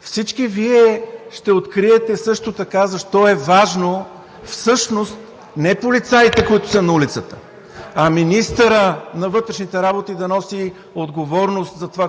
Всички Вие ще откриете също така защо е важно всъщност не полицаите, които са на улицата, а министърът на вътрешните работи да носи отговорност за това,